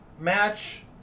match